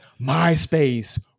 MySpace